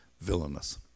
villainous